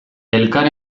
elkar